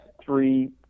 three